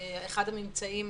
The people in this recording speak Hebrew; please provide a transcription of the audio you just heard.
אחד הממצאים